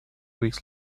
weeks